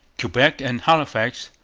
quebec and halifax,